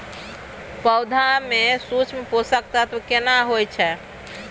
पौधा में सूक्ष्म पोषक तत्व केना कोन होय छै?